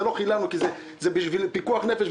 וזה לא חילול שבת כי זה בשביל פיקוח נפש,